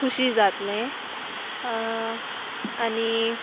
खुशी जातलें आनी